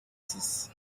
six